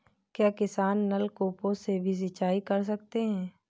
क्या किसान नल कूपों से भी सिंचाई कर सकते हैं?